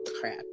crap